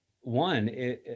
One